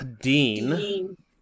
Dean